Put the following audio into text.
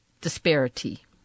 disparity